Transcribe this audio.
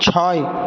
ছয়